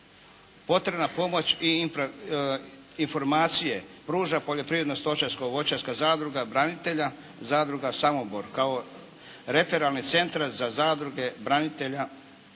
potrebna pomoć i informacije pruža poljoprivredno-stočarsko voćarska zadruga branitelja, zadruga Samobor kao referalni centar za zadruge branitelja.